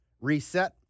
Reset